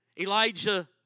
Elijah